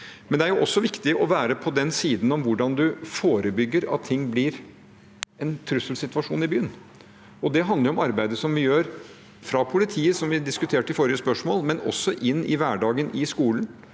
osv. Det er også viktig å være på siden for hvordan man forebygger at ting blir en trusselsituasjon i byen. Det handler jo om arbeidet som gjøres fra politiets side, som vi diskuterte i forrige spørsmål, men også om hverdagen i skolen,